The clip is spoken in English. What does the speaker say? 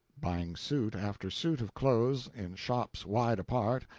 buying suit after suit of clothes, in shops wide apart,